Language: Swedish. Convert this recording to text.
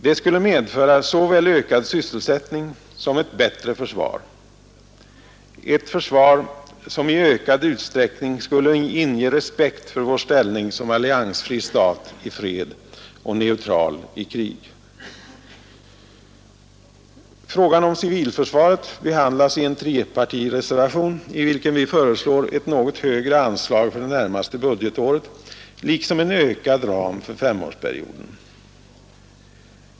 Det skulle medföra såväl ökad sysselsättning som ett bättre försvar — ett försvar som i ökad utsträckning skulle inge respekt för vår ställning som alliansfri stat i fred och neutral stat i krig. Frågan om civilförsvaret behandlas i en trepartireservation, i vilken vi föreslår ett något högre anslag för det närmaste budgetåret liksom en ökad ram för femårsperioden.